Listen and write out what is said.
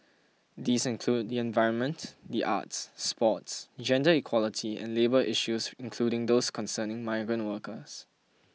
these include the environment the arts sports gender equality and labour issues including those concerning migrant workers